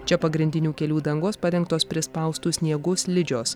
čia pagrindinių kelių dangos padengtos prispaustu sniegu slidžios